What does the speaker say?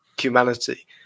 humanity